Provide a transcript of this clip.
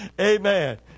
amen